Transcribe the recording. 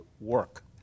work